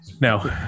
No